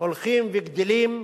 הולכים וגדלים.